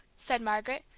said margaret,